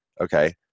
Okay